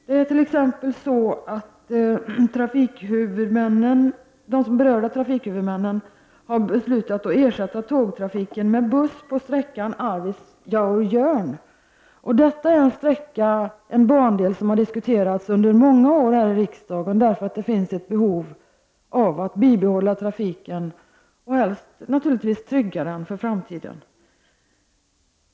De berörda trafikhuvudmännen har beslutat ersätta tågtrafiken med buss på sträckan Arvidsjaur-Jörn. Detta är en bandel som har diskuterats under många år här i riksdagen, därför att det finns ett behov av att bibehålla trafiken och helst trygga den för framtiden.